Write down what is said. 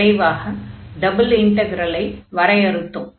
நிறைவாக டபுள் இன்டக்ரலை வரையறுத்தோம்